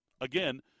again